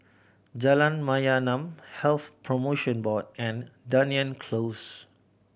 Jalan Mayaanam Health Promotion Board and Dunearn Close